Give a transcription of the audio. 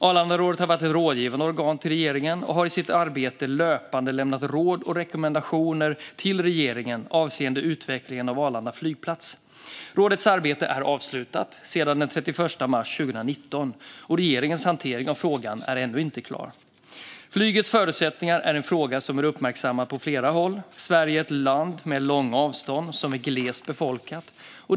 Arlandarådet har varit ett rådgivande organ till regeringen och har i sitt arbete löpande lämnat råd och rekommendationer till regeringen avseende utvecklingen av Arlanda flygplats. Rådets arbete är avslutat sedan den 31 mars 2019. Regeringens hantering av frågan är inte klar. Flygets förutsättningar är en fråga som är uppmärksammad på flera håll. Sverige är ett glest befolkat land med långa avstånd.